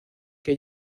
que